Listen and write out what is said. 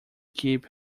keep